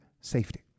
safety